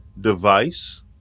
device